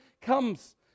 comes